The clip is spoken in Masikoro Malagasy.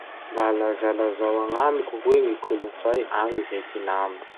Mba lazalazao agnamiko hoe ny kolotsay agny Vietnam?